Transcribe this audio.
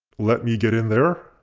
let me get in there.